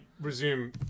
resume